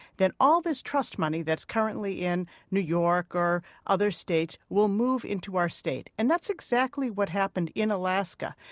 then all this trust money that's currently in new york or other states will move into our state. and that's exactly what happened in alaska.